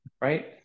right